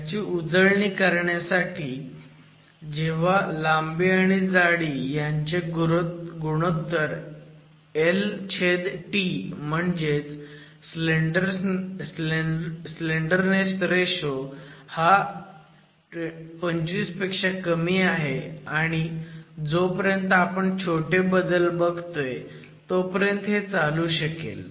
त्याची उजळणी करण्यासाठी जेव्हा लांबी आणि जाडी हुयाचे गुणोत्तर lt म्हणजेच स्लेंडरनेस रेशो हा 25 पेक्षा कमी आहे आणि जोपर्यंत आपण छोटे बदल बघतोय हे चालू शकेल